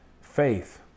faith